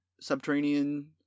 subterranean